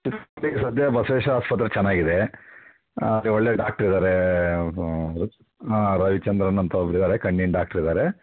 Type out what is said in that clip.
ಈಗ ಸದ್ಯ ಬಸವೇಶ್ವರ ಆಸ್ಪತ್ರೆ ಚೆನ್ನಾಗಿದೆ ಅಲ್ಲಿ ಒಳ್ಳೆಯ ಡಾಕ್ಟ್ರಿದ್ದಾರೆ ರವಿಚಂದ್ರನ್ ಅಂತ ಒಬ್ಬರಿದಾರೆ ಕಣ್ಣಿನ ಡಾಕ್ಟ್ರಿದ್ದಾರೆ